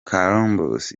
columbus